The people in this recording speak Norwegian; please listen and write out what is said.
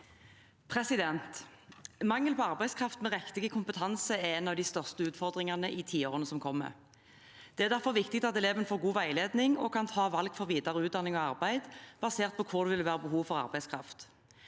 Mangel på ar- beidskraft med riktig kompetanse er en av de største utfordringene i tiårene som kommer. Det er derfor viktig at elevene får god veiledning og kan ta valg for videre utdanning og arbeid basert på hvor det vil være behov for arbeidskraft.